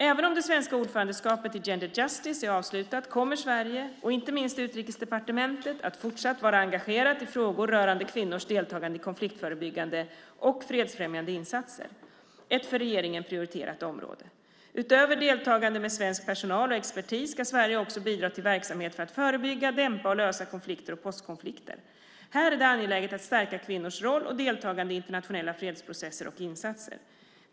Även om det svenska ordförandeskapet i Gender Justice är avslutat kommer Sverige och inte minst Utrikesdepartementet att fortsätta att vara engagerat i frågor rörande kvinnors deltagande i konfliktförebyggande och fredsfrämjande insatser. Det är ett för regeringen prioriterat område. Utöver deltagande med svensk personal och expertis ska Sverige också bidra till verksamhet för att förebygga, dämpa och lösa konflikter och postkonflikter. Här är det angeläget att stärka kvinnors roll och deltagande i internationella fredsprocesser och insatser.